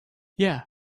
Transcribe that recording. yeah